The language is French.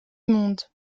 monde